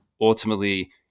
ultimately